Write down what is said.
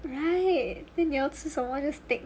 right then 你要吃什么 just take